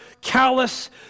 callous